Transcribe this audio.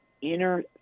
inner